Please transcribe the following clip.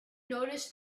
notice